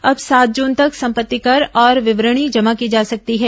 अब सात जून तक संपत्ति कर और विवरणी जमा की जा सकती है